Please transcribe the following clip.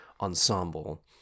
ensemble